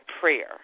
prayer